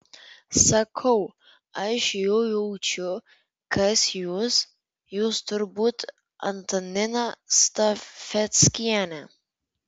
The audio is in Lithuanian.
sakau aš jau jaučiu kas jūs jūs turbūt antanina stafeckienė